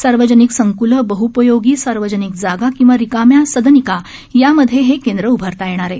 सार्वजनिक संकलं बहपयोगी सार्वजनिक जागा किंवा रिकाम्या सदनिका यामध्ये हे केंद्र उभारता येणार आहे